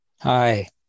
Hi